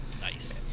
nice